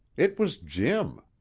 it was jim!